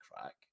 crack